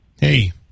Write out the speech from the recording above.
Hey